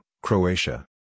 Croatia